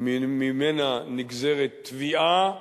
וממנה נגזרת תביעה,